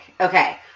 Okay